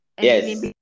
Yes